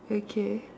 okay